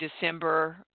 December